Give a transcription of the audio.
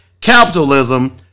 capitalism